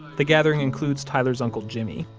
the gathering includes tyler's uncle jimmy,